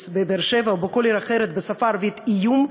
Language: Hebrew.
בבאר-שבע או בכל עיר אחרת בשפה הערבית איום,